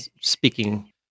speaking